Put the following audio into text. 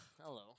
hello